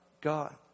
God